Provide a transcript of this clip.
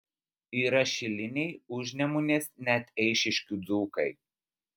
yra šiliniai užnemunės net eišiškių dzūkai